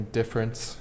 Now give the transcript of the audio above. difference